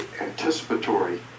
anticipatory